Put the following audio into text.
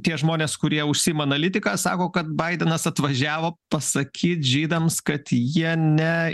tie žmonės kurie užsiima analitika sako kad baidenas atvažiavo pasakyt žydams kad jie ne